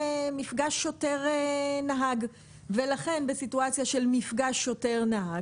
שוטר-נהג ולכן בסיטואציה של מפגש שוטר-נהג,